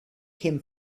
him